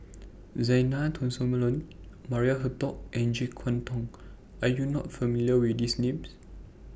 Zena Tessensohn Maria Hertogh and Jek Yeun Thong Are YOU not familiar with These Names